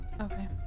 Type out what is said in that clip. Okay